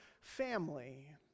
family